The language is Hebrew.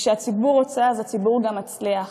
וכשהציבור רוצה, הציבור גם מצליח.